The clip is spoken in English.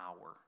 hour